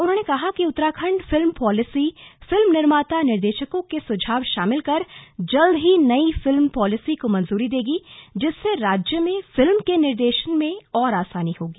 उन्होंने कहा कि उत्तराखंड फिल्म पॉलिसी फिल्म निर्माता निर्देशकों के सुझाव शामिल कर जल्द ही नई फिल्म पॉलिसी को मंजूरी देगी जिससे राज्य में फिल्मों के निर्देशन में और आसानी होगी